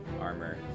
armor